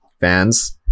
fans